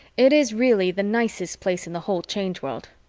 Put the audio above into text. it is really the nicest place in the whole change world.